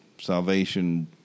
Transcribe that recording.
salvation